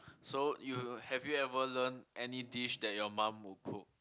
so you have you ever learnt any dish that your mum will cook